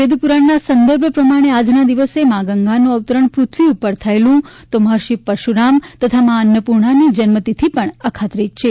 વેદપુરાગના સંદર્ભ પ્રમાગ્ને આજના દિવસે મા ગંગાનું અવતરણ પ્રથ્વી ઊપર થયેલું તો મહર્ષિ પરશુરામ તથા મા અન્નપૂર્ણાની જન્મતિથિ પણ અખાત્રિજ છે